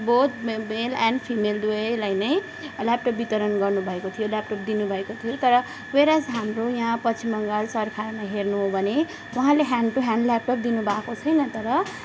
both male and female दुवैलाई नै laptop वितरण गर्नुभएको थियो ल्यापटप दिनुभएको थियो तर वेरएज हाम्रो यहाँ पश्चिम बङ्गाल सरकारमा हेर्नु हो भने उँहाले ह्यान्ड टू ह्यान्ड ल्यापटप दिनुभाएको छैन तर